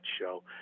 show